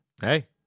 Hey